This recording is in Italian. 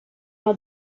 una